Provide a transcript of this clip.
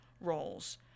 roles